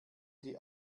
die